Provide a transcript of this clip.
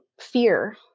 fear